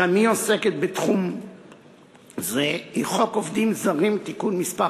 שגם היא עוסקת בתחום זה היא חוק עובדים זרים (תיקון מס'